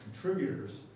contributors